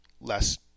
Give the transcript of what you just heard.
less